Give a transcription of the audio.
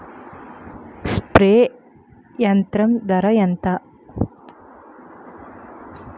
Spray యంత్రం ధర ఏంతా?